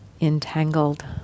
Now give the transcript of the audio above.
entangled